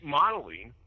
modeling